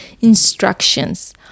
instructions